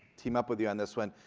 team up with you on this one.